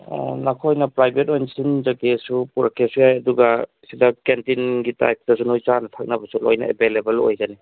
ꯅꯈꯣꯏꯅ ꯄ꯭ꯔꯥꯏꯚꯦꯠ ꯑꯣꯏꯅ ꯁꯤꯟꯖꯒꯦꯁꯨ ꯄꯨꯔꯛꯀꯦꯁꯨ ꯌꯥꯏ ꯑꯗꯨꯒ ꯁꯤꯗ ꯀꯦꯟꯇꯤꯟꯒꯤ ꯇꯥꯏꯄꯇꯁꯨ ꯅꯣꯏ ꯆꯥꯅ ꯊꯛꯅꯕꯁꯨ ꯂꯣꯏꯅ ꯑꯦꯚꯥꯏꯂꯦꯕꯜ ꯑꯣꯏꯒꯅꯤ